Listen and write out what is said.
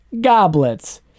Goblets